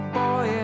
boy